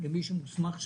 למי שמוסמך שם,